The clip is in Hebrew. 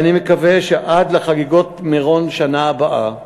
ואני מקווה שעד לחגיגות מירון בשנה הבאה